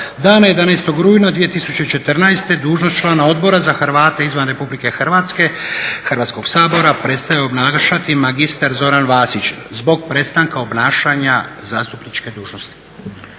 dana 11. rujna 2014. dužnost člana Odbora za Hrvate izvan RH Hrvatskog sabora prestao je obnašati mr. Zoran Vasić zbog prestanka obnašanja zastupničke dužnosti.